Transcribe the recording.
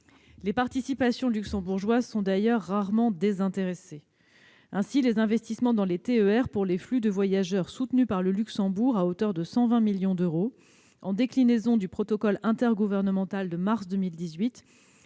Les participations luxembourgeoises sont d'ailleurs rarement désintéressées. Ainsi, les investissements dans les TER, soutenus par le Luxembourg à hauteur de 120 millions d'euros en application d'un protocole intergouvernemental de mars 2018,